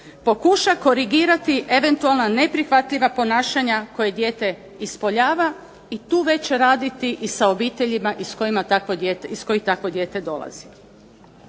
pokuša korigirati eventualna neprihvatljiva ponašanja koje dijete ispoljava, i tu već raditi i sa obiteljima iz kojih takvo dijete dolazi.